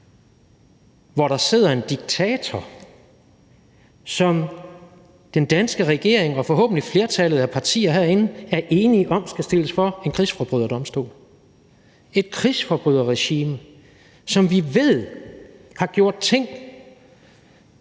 hvor der sidder en diktator, som den danske regering og forhåbentlig flertallet af partier herinde er enige om skal stilles for en krigsforbryderdomstol – et krigsforbryderregime, som vi ved har gjort ting,